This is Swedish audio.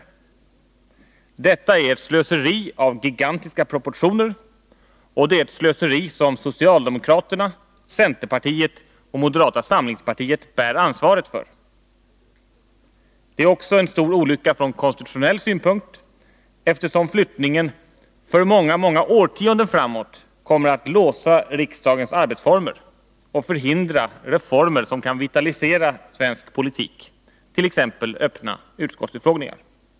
Detta är ett slöseri av gigantiska proportioner, och det är ett slöseri som socialdemokraterna, centerpartiet och moderata samlingspartiet bär ansvaret för. Det är också en stor olycka från konstitutionell synpunkt, eftersom flyttningen för många årtionden framåt kommer att låsa riksdagens arbetsformer och förhindra reformer som kan vitalisera svensk politik, t.ex. öppna utskottsutfrågningar.